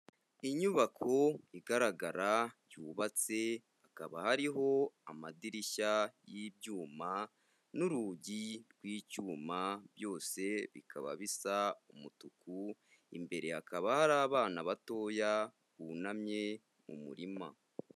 Inyubako igaragara yubatse hakaba hariho amadirishya y'ibyuma n'urugi rw'icyuma, byose bikaba bisa umutuku, imbere hakaba hari abana batoya bunamye mu murima.